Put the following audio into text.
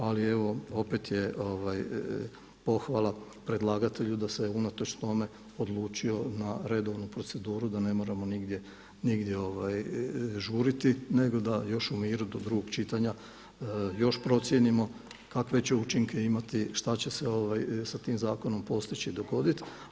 Ali evo opet je pohvala predlagatelju da se unatoč tome odlučio na redovnu proceduru da ne moramo nigdje žuriti nego da još u miru do drugog čitanja još procijenimo kakve će učinke imati, šta će se sa tim zakonom postići i dogoditi.